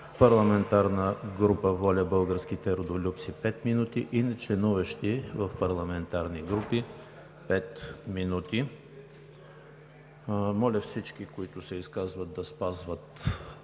парламентарната група „ВОЛЯ – Българските Родолюбци“ – 5 минути, и нечленуващи в парламентарни групи – 5 минути. Моля всички, които се изказват, да спазват